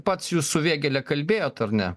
pats jūs su vėgėle kalbėjot ar ne